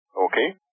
Okay